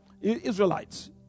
Israelites